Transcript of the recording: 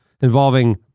involving